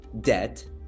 debt